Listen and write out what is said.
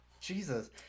Jesus